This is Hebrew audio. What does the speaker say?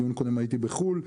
בדיון הקודם הייתי בחו"ל,